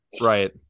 Right